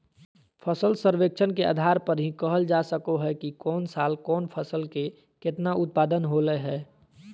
फसल सर्वेक्षण के आधार पर ही कहल जा सको हय कि कौन साल कौन फसल के केतना उत्पादन होलय हें